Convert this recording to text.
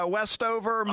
Westover